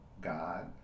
God